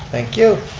thank you.